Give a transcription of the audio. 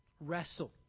Wrestle